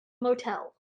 motel